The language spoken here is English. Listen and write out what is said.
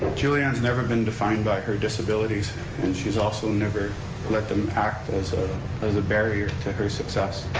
julianne's never been defined by her disabilities and she's also never let them act as as a barrier to her success,